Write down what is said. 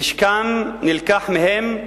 נשקם נלקח מהם,